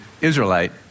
Israelite